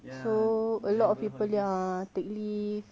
so a lot of people uh take leave